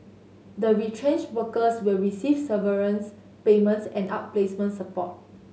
the retrenched workers will receive severance payments and outplacement support